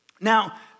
Now